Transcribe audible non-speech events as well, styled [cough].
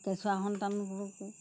কেঁচুৱা সন্তান [unintelligible]